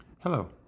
Hello